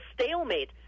stalemate